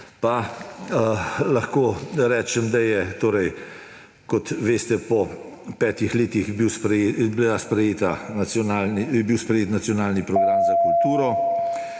pa lahko rečem, da je, kot veste, po petih letih bil sprejet nacionalni program za kulturo